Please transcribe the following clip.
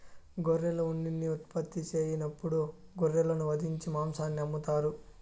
గొర్రెలు ఉన్నిని ఉత్పత్తి సెయ్యనప్పుడు గొర్రెలను వధించి మాంసాన్ని అమ్ముతారు